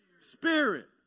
spirit